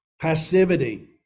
Passivity